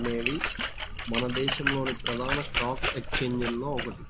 అనేది మన దేశంలోని ప్రధాన స్టాక్ ఎక్స్చేంజిల్లో ఒకటి